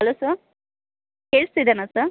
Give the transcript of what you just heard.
hello sir ಕೇಳಿಸ್ತಿದೆನ sir